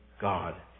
God